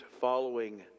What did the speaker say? following